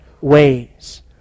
ways